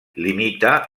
limita